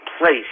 place